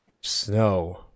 snow